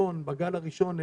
הגל הראשון,